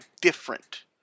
different